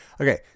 okay